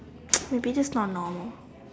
maybe that's not normal